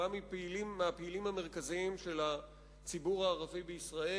וכמה מהפעילים המרכזיים של הציבור הערבי בישראל.